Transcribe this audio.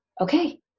okay